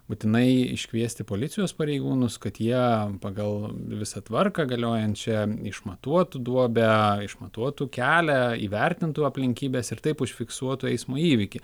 būtinai iškviesti policijos pareigūnus kad jie pagal visą tvarką galiojančią išmatuotų duobę išmatuotų kelią įvertintų aplinkybes ir taip užfiksuotų eismo įvykį